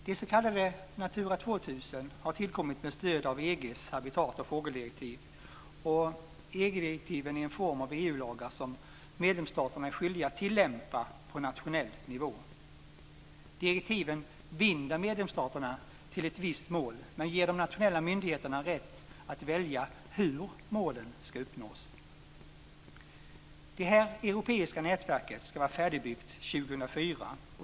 Det s.k. Natura 2000 har tillkommit med stöd av direktiven är en form av EU-lagar som medlemsstaterna är skyldiga att tillämpa på nationell nivå. Direktiven binder medlemsstaterna till ett viss mål men ger de nationella myndigheterna rätt att välja hur målen ska uppnås. Det här europeiska nätverket ska vara färdigbyggt 2004.